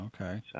okay